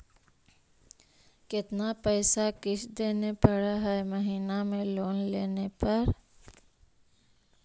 कितना पैसा किस्त देने पड़ है महीना में लोन लेने पर?